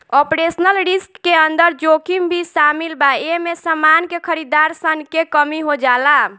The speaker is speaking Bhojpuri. ऑपरेशनल रिस्क के अंदर जोखिम भी शामिल बा एमे समान के खरीदार सन के कमी हो जाला